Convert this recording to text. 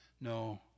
No